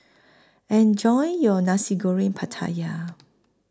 Enjoy your Nasi Goreng Pattaya